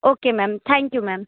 okay ma'am thank you ma'am